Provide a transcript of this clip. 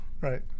Right